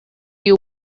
you